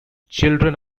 children